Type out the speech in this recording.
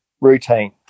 routine